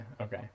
okay